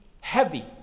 heavy